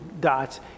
dots